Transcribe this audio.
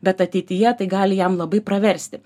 bet ateityje tai gali jam labai praversti